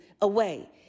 away